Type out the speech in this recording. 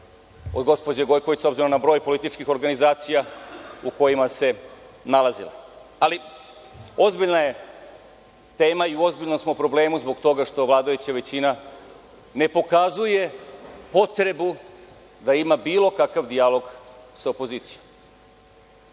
od gospođe Gojković, s obzirom na broj političkih organizacija u kojima se nalaze. Ali, ozbiljna je tema i u ozbiljnom smo problemu zbog toga što vladajuća većina ne pokazuje potrebu da ima bilo kakav dijalog sa opozicijom,